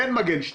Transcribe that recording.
אין מגן 2,